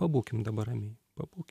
pabūkim dabar ramiai pabūkim